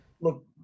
Look